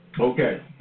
Okay